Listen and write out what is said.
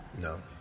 No